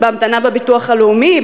בהמתנה בביטוח הלאומי,